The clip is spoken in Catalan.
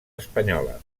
espanyola